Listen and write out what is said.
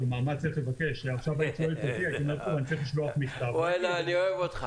כלומר מה צריך לבקש --- אני אוהב אותך.